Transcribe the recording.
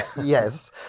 yes